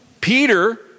Peter